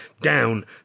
down